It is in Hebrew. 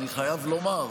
אני חייב לומר,